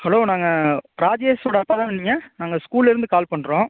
hello நாங்கள் ராஜேஷோட அப்பா தானே நீங்கள் நாங்கள் ஸ்கூல்லேருந்து கால் பண்ணுறோம்